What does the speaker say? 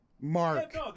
mark